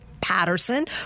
Patterson